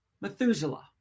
Methuselah